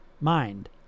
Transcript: mind